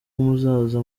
muzaza